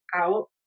out